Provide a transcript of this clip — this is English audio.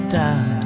down